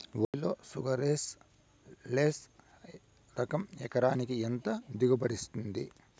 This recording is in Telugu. వరి లో షుగర్లెస్ లెస్ రకం ఎకరాకి ఎంత దిగుబడినిస్తుంది